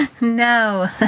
No